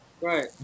Right